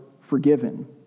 forgiven